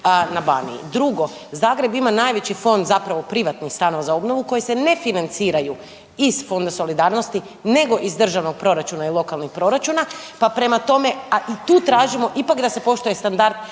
na Baniji. Drugo, Zagreb ima najveći fond zapravo privatni stanova za obnovu koji se ne financiraju iz Fonda solidarnosti, nego iz državnog proračuna i lokalnih proračuna. Pa prema tome, a i tu tražimo ipak da se poštuje standard